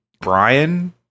Brian